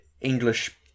English